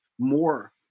more